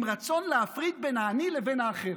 עם רצון להפריד בין האני לבין האחר.